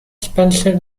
spencer